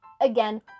again